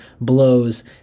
blows